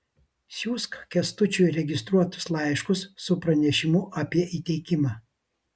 siųsk kęstučiui registruotus laiškus su pranešimu apie įteikimą